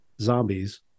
zombies